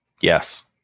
Yes